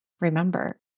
remember